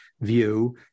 view